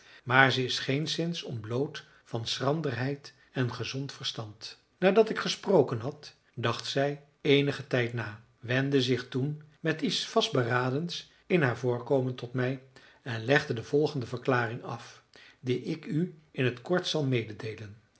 maar ze is geenszins ontbloot van schranderheid en gezond verstand nadat ik gesproken had dacht zij eenigen tijd na wendde zich toen met iets vastberadens in haar voorkomen tot mij en legde de volgende verklaring af die ik u in t kort zal mededeelen